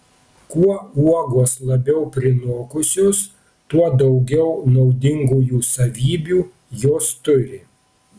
kuo uogos labiau prinokusios tuo daugiau naudingųjų savybių jos turi